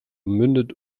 mündet